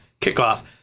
kickoff